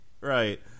Right